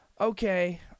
okay